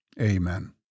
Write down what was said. Amen